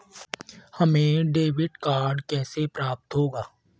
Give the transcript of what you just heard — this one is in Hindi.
हमें डेबिट कार्ड कैसे प्राप्त होगा?